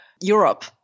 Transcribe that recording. Europe